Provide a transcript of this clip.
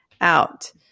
out